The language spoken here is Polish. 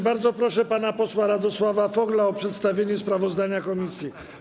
Bardzo proszę pana posła Radosława Fogla o przedstawienie sprawozdania komisji.